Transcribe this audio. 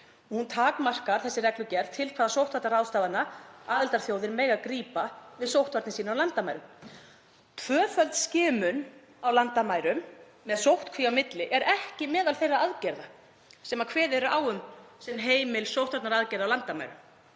takmarkar til hvaða sóttvarnaráðstafana aðildarþjóðir mega grípa við sóttvarnir sínar á landamærum. Tvöföld skimun á landamærum með sóttkví á milli er ekki meðal þeirra aðgerða sem kveðið er á um sem heimila sóttvarnaaðgerð á landamærum.